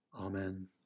Amen